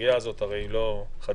הסוגיה הזאת הרי לא חדשה